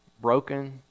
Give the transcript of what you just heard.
Broken